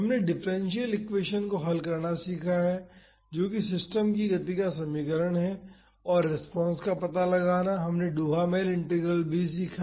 हमने differential equation को हल करना सीखा है जो कि सिस्टम की गति का समीकरण है और रेस्पॉन्स पता लगाना हमने डुहामेल इंटीग्रल भी सीखा